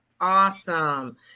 Awesome